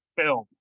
film